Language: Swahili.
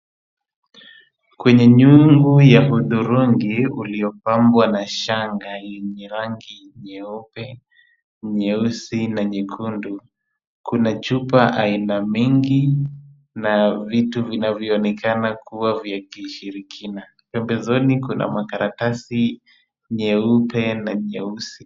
Kwenye nyungu ya hudhurungi iliopambwa na shanga yenye rangi nyeupe, nyeusi na nyekundu ,kuna chupa aina nyingi na vitu vinavyoonekana kuwa vya kishirikina. Pembezoni kuna karatasi nyeupe na nyeusi.